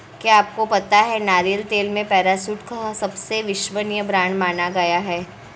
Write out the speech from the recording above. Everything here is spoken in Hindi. क्या आपको पता है नारियल तेल में पैराशूट को सबसे विश्वसनीय ब्रांड माना गया है?